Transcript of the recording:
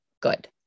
good